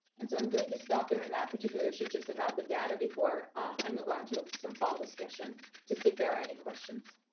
and so i'm going to stop there on and that particular issue just about the data before i move on to some fall discussion to see if there are any questions.